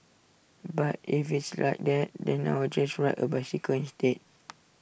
but if it's like that then I will just ride A bicycle instead